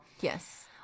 yes